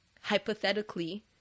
hypothetically